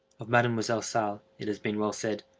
of mademoiselle salle it has been well said,